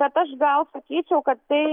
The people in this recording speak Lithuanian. bet aš gal sakyčiau kad tai